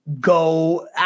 go